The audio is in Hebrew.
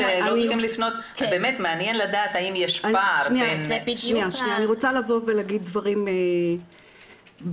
באמת מעניין לדעת האם יש פער בין --- אני רוצה להגיד דברים ביושר.